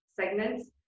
segments